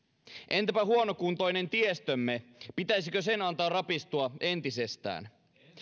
entäpä huonokuntoinen tiestömme pitäisikö sen antaa rapistua entisestään